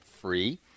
Free